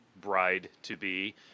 bride-to-be